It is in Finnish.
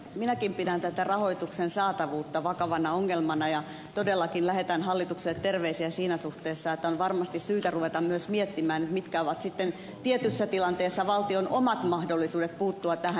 minäkin pidän tätä rahoituksen saatavuutta vakavana ongelmana ja todellakin lähetän hallitukselle terveisiä siinä suhteessa että on varmasti syytä ruveta myös miettimään mitkä ovat sitten tietyssä tilanteessa valtion omat mahdollisuudet puuttua tähän